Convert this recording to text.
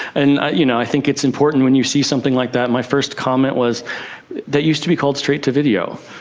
and ah you know i think it's important when you see something like that, my first comment was that used be called straight to video.